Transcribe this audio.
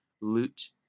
loot